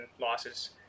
losses